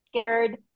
scared